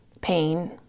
pain